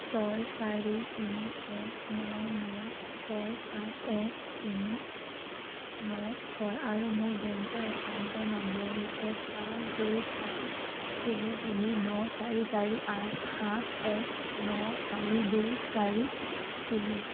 ছয় চাৰি তিনি এক ন ন ছয় পাঁচ এক তিনি ন ছয় আৰু মোৰ বেংকৰ একাউণ্টৰ নম্বৰ হৈছে পাঁচ দুই পাঁচ তিনি তিনি ন চাৰি চাৰি আঠ সাত এক ন চাৰি দুই চাৰি তিনি